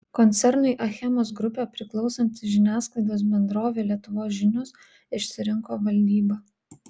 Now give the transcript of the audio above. koncernui achemos grupė priklausanti žiniasklaidos bendrovė lietuvos žinios išsirinko valdybą